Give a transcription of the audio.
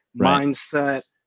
mindset